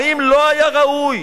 האם לא היה ראוי